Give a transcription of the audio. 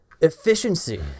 efficiency